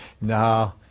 No